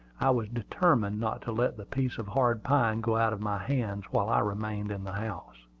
i was determined not to let the piece of hard pine go out of my hands while i remained in the house.